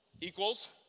Equals